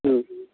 হুম